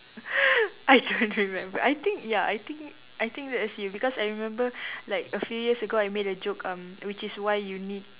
I don't remember I think ya I think I think that is you because I remember like a few years ago I made a joke um which is why you need